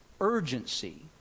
urgency